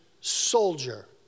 soldier